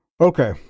Okay